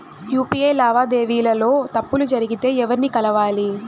UPI లావాదేవీల లో తప్పులు జరిగితే ఎవర్ని కలవాలి?